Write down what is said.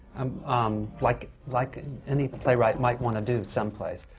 um um like like any playwright might want to do someplace.